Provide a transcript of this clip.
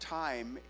time